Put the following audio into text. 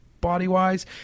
body-wise